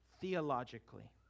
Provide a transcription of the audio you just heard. Theologically